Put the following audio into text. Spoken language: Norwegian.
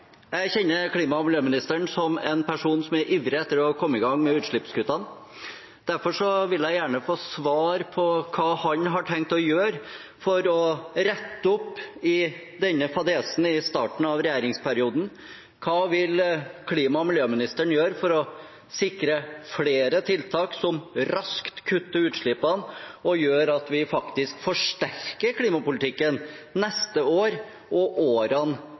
kjenner klima- og miljøministeren som en person som er ivrig etter å komme i gang med utslippskuttene. Derfor vil jeg gjerne få svar på hva han har tenkt å gjøre for å rette opp i denne fadesen i starten av regjeringsperioden. Hva vil klima- og miljøministeren gjøre for å sikre flere tiltak som raskt kutter utslippene og gjør at vi faktisk forsterker klimapolitikken, neste år og årene